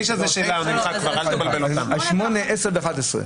9 שלה כבר נמחק, אל תבלבל אותם.